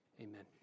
Amen